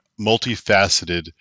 multifaceted